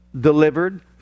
delivered